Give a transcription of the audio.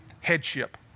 headship